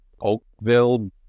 Oakville